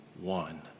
one